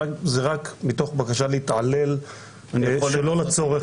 זה רק מתוך בקשה להתעלל שלא לצורך.